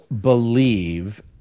believe